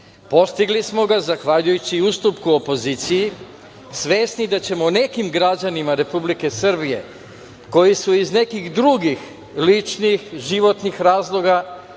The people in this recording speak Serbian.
Postigli smo ga zahvaljujući ustupku opoziciji, svesni da ćemo nekim građanima Republike Srbije, koji su iz nekih drugih, ličnih, životnih razloga,